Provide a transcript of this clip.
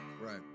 Right